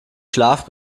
schlaf